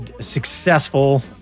successful